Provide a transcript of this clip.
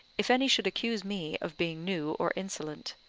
if any should accuse me of being new or insolent,